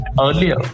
earlier